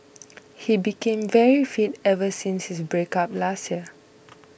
he became very fit ever since his breakup last year